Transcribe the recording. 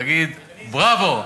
תגיד "בּראבו".